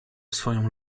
swoją